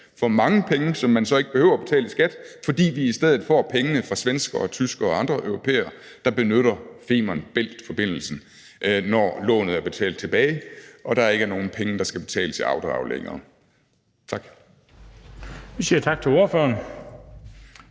for mange penge, som man så ikke behøver at betale i skat, fordi vi i stedet for får pengene fra svenskere og tyskere og andre europæer, der benytter Femern Bælt-forbindelsen, når lånet er betalt tilbage og der ikke længere er nogen penge, der skal betales i afdrag. Tak. Kl. 13:59 Den fg. formand